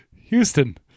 Houston